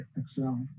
excel